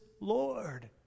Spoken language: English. Lord